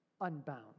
unbound